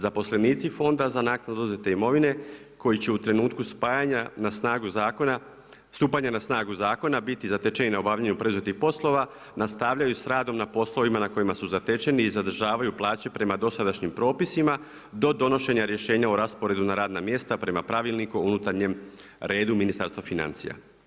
Zaposlenici fonda za naknadnu oduzete imovine koji će u trenutku spajanja na snagu zakona, stupanja na snagu zakona biti zatečeni na obavljanju preuzetih poslova, nastavljaju s radom na poslovima na kojima su zatečeni i zadržavaju plaće prema dosadašnjim propisima, do donošenja rješenja o rasporedu na radna mjesta prema pravilniku u unutarnjem redu Ministarstva financija.